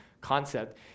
concept